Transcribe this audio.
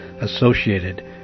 associated